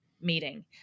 meeting